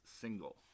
single